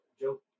Joe